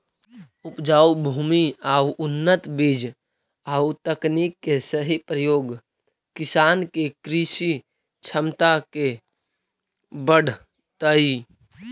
उपजाऊ भूमि आउ उन्नत बीज आउ तकनीक के सही प्रयोग किसान के कृषि क्षमता के बढ़ऽतइ